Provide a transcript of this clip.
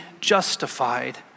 justified